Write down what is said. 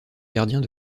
gardiens